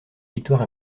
victoire